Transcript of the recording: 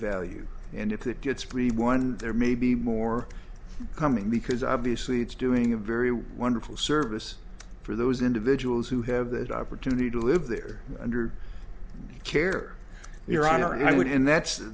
value and if that gets pretty one there may be more coming because obviously it's doing a very wonderful service for those individuals who have that opportunity to live there under the care your honor and i would and that's